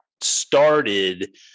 started